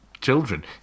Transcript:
children